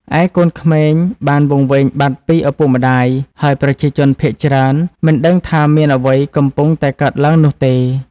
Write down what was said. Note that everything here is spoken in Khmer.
ឯកូនក្មេងបានវង្វេងបាត់ពីឪពុកម្តាយ ហើយប្រជាជនភាគច្រើនមិនដឹងថាមានអ្វីកំពុងតែកើតឡើងនោះទេ។